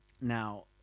Now